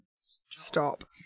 stop